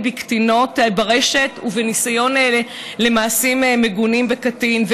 בקטינות ברשת ובניסיון למעשים מגונים בקטין,